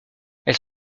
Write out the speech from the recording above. elles